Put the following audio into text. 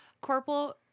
Corporal